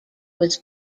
was